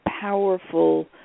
powerful